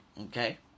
Okay